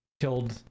killed